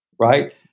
right